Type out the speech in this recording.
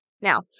Now